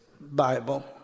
Bible